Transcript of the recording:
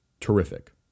terrific